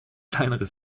kleinere